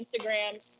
Instagram